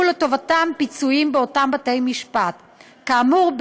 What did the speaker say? לטובתם פיצויים באותם בתי משפט כאמור,